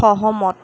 সহমত